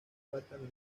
faltan